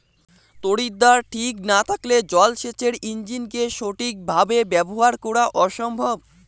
তড়িৎদ্বার ঠিক না থাকলে জল সেচের ইণ্জিনকে সঠিক ভাবে ব্যবহার করা অসম্ভব